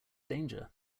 danger